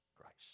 Christ